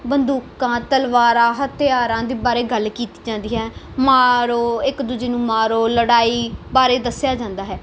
ਬੰਦੂਕਾਂ ਤਲਵਾਰਾਂ ਹਥਿਆਰਾਂ ਦੇ ਬਾਰੇ ਗੱਲ ਕੀਤੀ ਜਾਂਦੀ ਹੈ ਮਾਰੋ ਇੱਕ ਦੂਜੇ ਨੂੰ ਮਾਰੋ ਲੜਾਈ ਬਾਰੇ ਦੱਸਿਆ ਜਾਂਦਾ ਹੈ